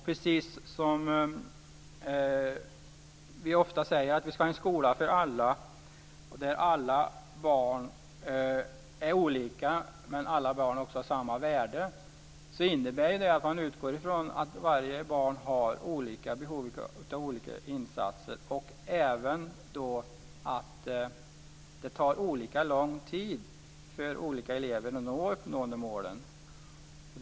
Vi säger ofta att vi ska ha en skola för alla, där alla barn är olika men har samma värde. Det innebär att man utgår från att varje barn har olika behov av olika insatser och även att det tar olika lång tid för olika elever att uppnå målen.